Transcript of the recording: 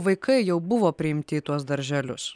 vaikai jau buvo priimti į tuos darželius